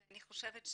ואני חושבת,